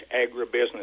agribusiness